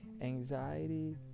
anxiety